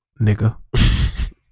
nigga